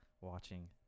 watching